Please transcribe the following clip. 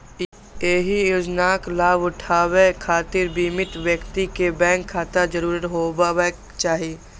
एहि योजनाक लाभ उठाबै खातिर बीमित व्यक्ति कें बैंक खाता जरूर होयबाक चाही